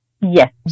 Yes